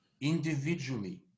individually